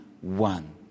one